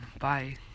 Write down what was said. Bye